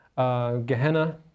Gehenna